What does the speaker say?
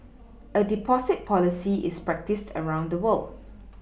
a Deposit policy is practised around the world